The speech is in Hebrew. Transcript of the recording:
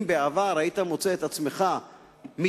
אם בעבר היית מוצא את עצמך מתחמק